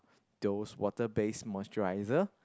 those water based moisturizer